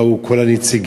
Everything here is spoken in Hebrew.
באו כל הנציגים,